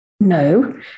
No